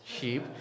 sheep